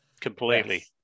Completely